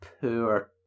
poor